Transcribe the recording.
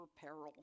peril